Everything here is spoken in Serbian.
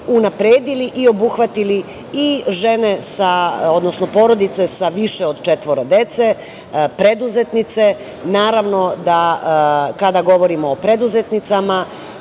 unapredili i obuhvatili i žene sa, odnosno porodice sa više od četvoro dece, preduzetnice. Naravno, kada govorimo o preduzetnicama,